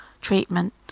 treatment